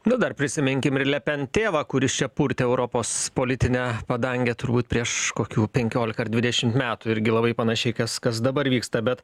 nu dar prisiminkim ir lepen tėvą kuris čia purtė europos politinę padangę turbūt prieš kokių penkiolika ar dvidešim metų irgi labai panašiai kas kas dabar vyksta bet